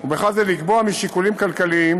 ובכלל זה לקבוע משיקולים כלכליים,